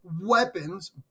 weapons